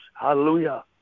Hallelujah